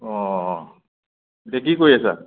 অঁ এতিয়া কি কৰি আছা